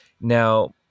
now